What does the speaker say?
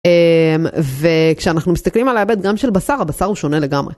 וכשאנחנו מסתכלים על ההיבט גם של בשר הבשר הוא שונה לגמרי.